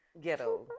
ghetto